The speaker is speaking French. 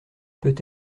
peut